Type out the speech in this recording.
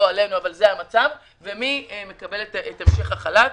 בצער אבל זה המצב, ומי מקבל את המשך החל"ת?